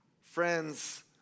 Friends